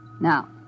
Now